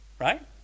right